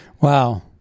Wow